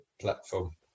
platform